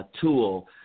tool